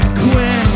quit